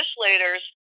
legislators